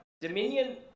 Dominion